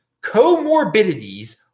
comorbidities